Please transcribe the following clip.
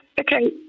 okay